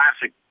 classic